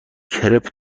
کرپ